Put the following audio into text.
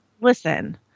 Listen